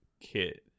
kit